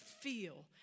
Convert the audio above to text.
feel